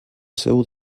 seu